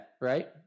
right